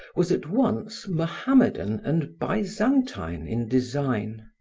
was at once mohammedan and byzantine in design.